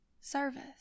service